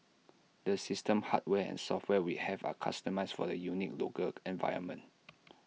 the system hardware and software we have are customised for the unique local environment